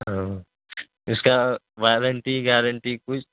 ہاں اس کا وارنٹی گارنٹی کچھ